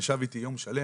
הוא ישב איתי יום שלם,